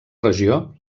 regió